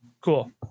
cool